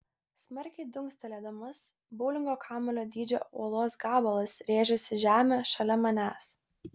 smarkiai dunkstelėdamas boulingo kamuolio dydžio uolos gabalas rėžėsi į žemę šalia manęs